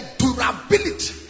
durability